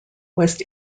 west